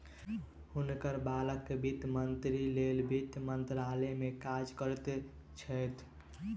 हुनकर बालक वित्त मंत्रीक लेल वित्त मंत्रालय में काज करैत छैथ